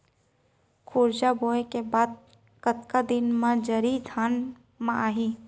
खुर्रा बोए के बाद कतका दिन म जरी धान म आही?